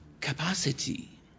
capacity